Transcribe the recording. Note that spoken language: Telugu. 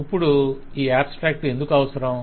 ఇప్పుడు ఈ అబ్స్ట్రాక్ట్ ఎందుకు అవసరం